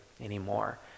anymore